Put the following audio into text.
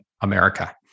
America